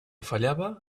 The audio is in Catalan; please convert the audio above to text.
fallava